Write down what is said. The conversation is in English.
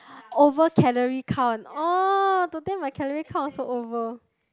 over calorie count oh today my calorie count is over